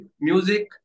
music